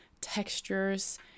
textures